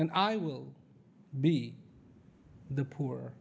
and i will be the poor